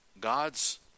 God's